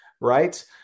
right